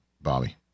Bobby